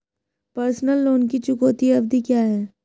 Personal loan की चुकौती अवधि क्या है?